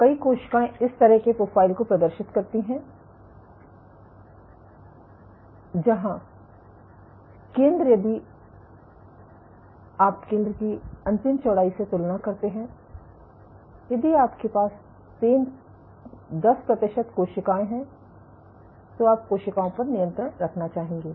तो कई कोशिकाएं इस तरह के प्रोफ़ाइल को प्रदर्शित करती हैं जहां केंद्र यदि आप केंद्रीय चौड़ाई की अंतिम चौड़ाई से तुलना करते हैं यदि आपके पास 10 प्रतिशत कोशिकाएं हैं तो आप कोशिकाओं पर नियंत्रण रखना चाहेंगे